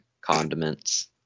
condiments